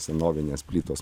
senovinės plytos